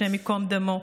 השם ייקום דמו,